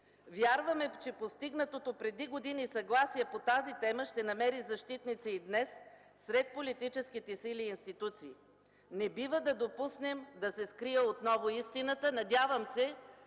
Вярваме, че постигнатото преди години съгласие по тази тема ще намери защитници и днес сред политическите сили и институции. Не бива да допуснем да се скрие отново истината. Надявам се,